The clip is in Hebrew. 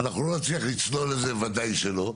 אנחנו לא נצליח לצלול לזה ודאי שלא.